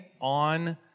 on